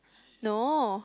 no